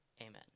Amen